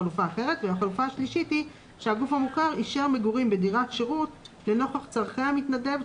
הגוף המוכר אישר מגורים בדירת שירות לנוכח צרכי המתנדב,